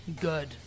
good